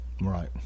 Right